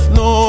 no